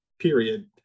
period